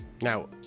Now